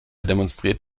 demonstriert